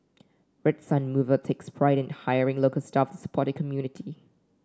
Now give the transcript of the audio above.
Red Sun Mover takes pride in hiring local staff to support the community